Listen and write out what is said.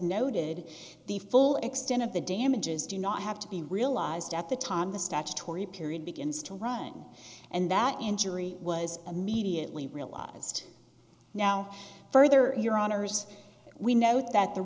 noted the full extent of the damages do not have to be realized at the time the statutory period begins to run and that injury was immediately realized now further your honour's we note that the